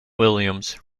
williams